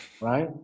right